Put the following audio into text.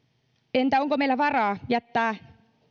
entä onko meillä varaa jättää